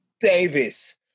Davis